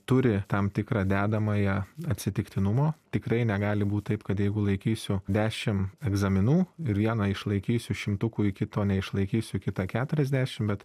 turi tam tikrą dedamąją atsitiktinumo tikrai negali būt taip kad jeigu laikysiu dešim egzaminų ir vieną išlaikysiu šimtukui kito neišlaikysiu kitą keturiasdešim bet